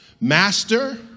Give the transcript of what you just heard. Master